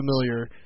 familiar